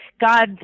God